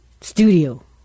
studio